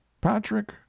patrick